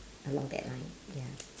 along that line ya